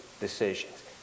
decisions